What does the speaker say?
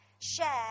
Share